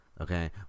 Okay